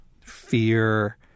fear